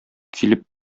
килеп